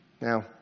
Now